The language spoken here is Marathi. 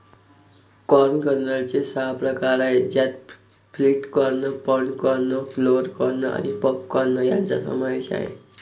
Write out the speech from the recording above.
कॉर्न कर्नलचे सहा प्रकार आहेत ज्यात flint corn, pod corn, flour corn आणि पॉप कॉर्न यांचा समावेश आहे